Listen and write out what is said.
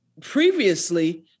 previously